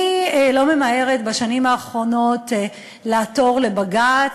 אני לא ממהרת בשנים האחרונות לעתור לבג"ץ,